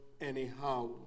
anyhow